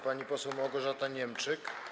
Pani poseł Małgorzata Niemczyk.